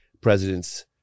presidents